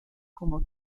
como